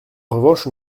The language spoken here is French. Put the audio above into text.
revanche